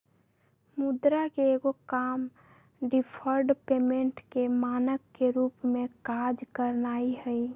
मुद्रा के एगो काम डिफर्ड पेमेंट के मानक के रूप में काज करनाइ हइ